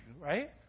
Right